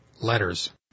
Letters